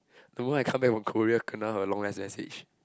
know I come back from Korea kena long S_S_H